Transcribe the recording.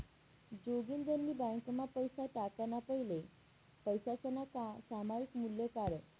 जोगिंदरनी ब्यांकमा पैसा टाकाणा फैले पैसासनं सामायिक मूल्य काढं